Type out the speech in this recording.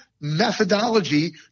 methodology